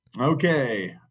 Okay